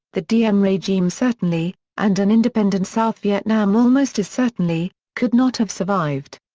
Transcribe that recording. the diem regime certainly, and an independent south vietnam almost as certainly, could not have survived.